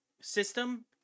system